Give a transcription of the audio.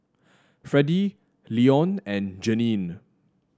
Freddy Leone and Jeannine